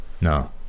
no